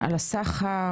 על הסחר?